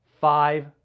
five